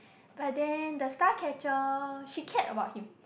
but then the star catcher she care about him